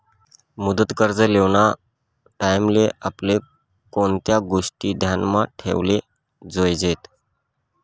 मुदत कर्ज लेवाना टाईमले आपले कोणत्या गोष्टी ध्यानमा ठेवाले जोयजेत